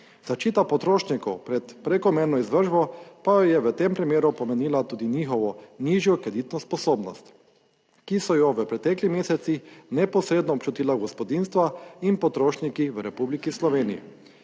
Zaščita potrošnikov pred prekomerno izvršbo pa jo je v tem primeru pomenila tudi njihovo nižjo kreditno sposobnost, ki so jo v preteklih mesecih neposredno občutila gospodinjstva in potrošniki v Republiki Sloveniji.